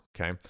okay